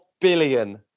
billion